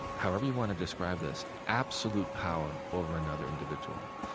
however you want to describe this, absolute power over another individual.